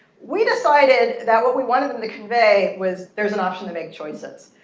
we decided that what we wanted them to convey was, there is an option to make choices.